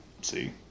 See